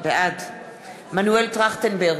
בעד מנואל טרכטנברג,